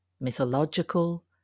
mythological